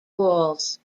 falls